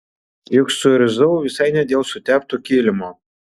juk suirzau visai ne dėl sutepto kilimo